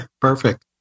perfect